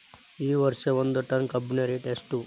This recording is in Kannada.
ಈ ವರ್ಷ ಒಂದ್ ಟನ್ ಕಬ್ಬಿನ ರೇಟ್ ಎಷ್ಟು?